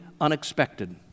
unexpected